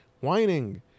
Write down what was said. whining